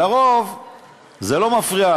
לרוב זה לא מפריע.